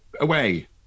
away